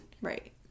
Right